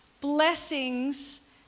blessings